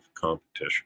competition